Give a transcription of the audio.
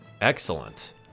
Excellent